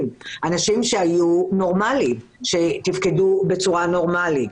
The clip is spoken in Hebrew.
אנשים שהיו נורמליים ותפקדו בצורה נורמלית.